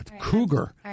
cougar